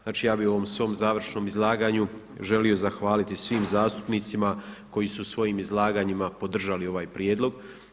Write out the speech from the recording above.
Znači ja bi u ovom svom završnom izlaganju želio zahvaliti svim zastupnicima koji su svojim izlaganjima podržali ovaj prijedlog.